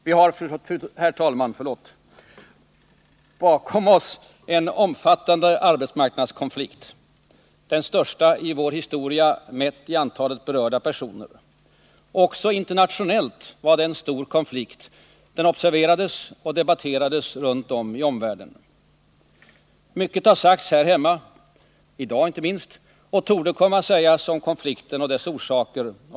Vi har, herr talman, bakom oss en omfattande arbetsmarknadskonflikt — den största i vår historia mätt i antalet berörda personer. Också internationellt sett var det en stor konflikt. Den observerades och debatterades i vår omvärld. Mycket har sagts här hemma, i dag inte minst, och torde komma att sägas om konflikten och dess orsaker.